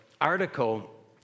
article